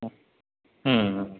ம் ம்